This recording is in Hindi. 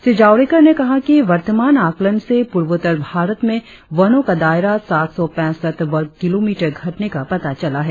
श्री जावड़ेकर ने कहा कि वर्तमान आकलन से प्रवोत्तर भारत में वनों का दायरा सात सौ पैसठ वर्ग किलोमीटर घटने का पता चला है